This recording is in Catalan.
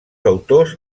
autors